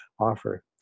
Offer